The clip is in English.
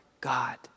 God